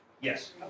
Yes